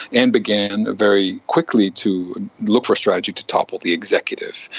and began very quickly to look for a strategy to topple the executive.